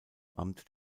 amt